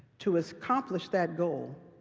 to accomplish that goal,